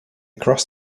crossed